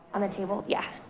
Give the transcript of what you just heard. on the table. yeah.